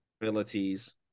abilities